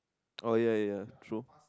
oh ya ya ya true